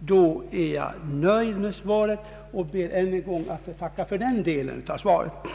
då är jag nöjd med svaret och ber än en gång att få tacka för den delen av interpellationssvaret.